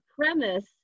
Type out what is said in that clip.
premise